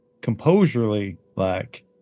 composurely-like